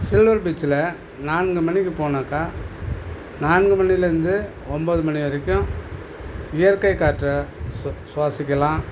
silver பீச்சில் நான்கு மணிக்கு போனாக்கா நான்கு மணிலந்து ஒம்பது மணி வரைக்கும் இயற்கை காற்றை சு சுவாசிக்கலாம்